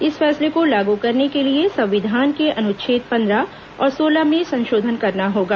इस फैसले को लागू करने के लिए संविधान के अनुच्छेद पंद्रह और सोलह में संशोधन करना होगा